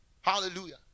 Hallelujah